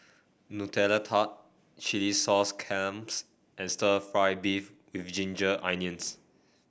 Nutella Tart Chilli Sauce Clams and stir fry beef with Ginger Onions